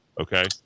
okay